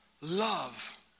love